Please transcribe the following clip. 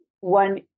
one